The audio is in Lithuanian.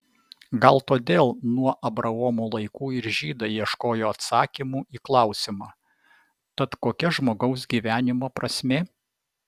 gal todėl nuo abraomo laikų ir žydai ieškojo atsakymų į klausimą tad kokia žmogaus gyvenimo prasmė